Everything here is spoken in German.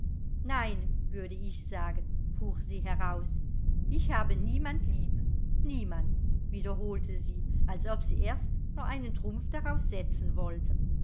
nein würde ich sagen fuhr sie heraus ich habe niemand lieb niemand wiederholte sie als ob sie erst noch einen trumpf darauf setzen wollte